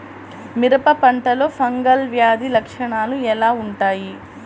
మిరప పంటలో ఫంగల్ వ్యాధి లక్షణాలు ఎలా వుంటాయి?